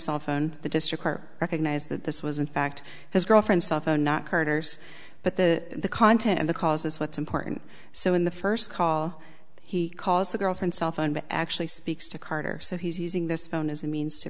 cell phone the district recognize that this was in fact his girlfriend cell phone not carders but the content and the cause is what's important so in the first call he calls the girlfriend cell phone but actually speaks to carter so he's using this phone as a means to